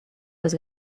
los